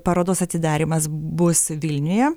parodos atidarymas bus vilniuje